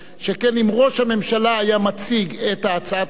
שכן אם ראש הממשלה היה מציג את הצעת החוק,